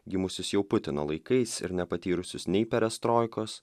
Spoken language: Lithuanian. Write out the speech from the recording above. gimusius jau putino laikais ir nepatyrusius nei perestroikos